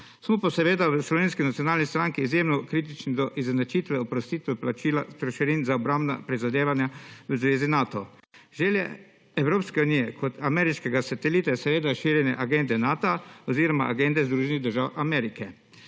Smo pa seveda v Slovenski nacionalni stranki izjemno kritični do izenačitve oprostitve plačila trošarin za obrambna prizadevanja v Zvezi Nato. Želje Evropske unije kot ameriškega satelita je seveda širjenje agende Nata oziroma agende Združenih držav Amerike